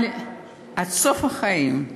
אבל עד סוף החיים,